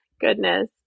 Goodness